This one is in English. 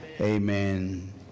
amen